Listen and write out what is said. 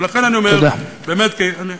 ולכן אני אומר, באמת, תודה.